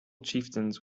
chieftains